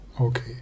Okay